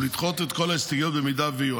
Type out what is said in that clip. ולדחות את כל ההסתייגויות, במידה ויהיו.